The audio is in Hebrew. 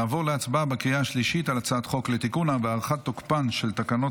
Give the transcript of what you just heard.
נעבור להצבעה בקריאה השלישית על הצעת חוק לתיקון ולהארכת תוקפן של תקנות